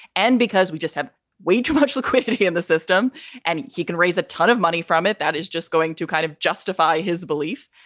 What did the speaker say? and because we just have way too much liquidity in the system and he can raise a ton of money from it. that is just going to kind of justify his belief.